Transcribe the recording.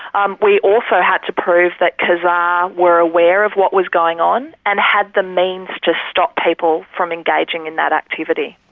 um we also had to prove that kazaa were aware of what was going on, and had the means to stop people from engaging in that activity.